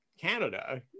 Canada